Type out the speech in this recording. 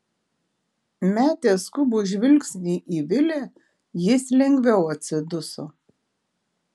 metęs skubų žvilgsnį į vilę jis lengviau atsiduso